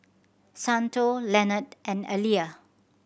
Santo Leonard and Elia